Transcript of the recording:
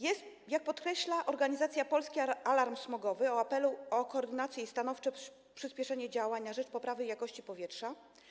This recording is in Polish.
Jak podkreśla organizacja Polski Alarm Smogowy w apelu o koordynację i stanowcze przyspieszenie działań na rzecz poprawy jakości powietrza: